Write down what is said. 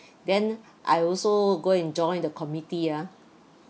then I also go and join the committee ah